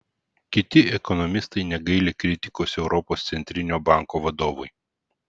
kiti ekonomistai negaili kritikos europos centrinio banko vadovui